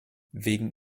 wegen